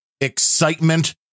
excitement